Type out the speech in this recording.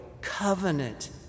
covenant